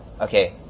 okay